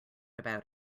about